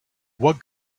what